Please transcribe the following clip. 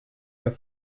your